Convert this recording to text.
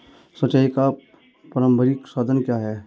सिंचाई का प्रारंभिक साधन क्या है?